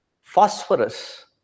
phosphorus